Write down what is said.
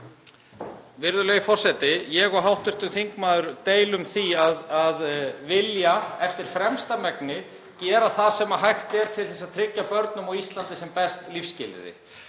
Virðulegur forseti. Ég og hv. þingmaður deilum því að vilja eftir fremsta megni gera það sem hægt er til að tryggja börnum á Íslandi sem best lífsskilyrði.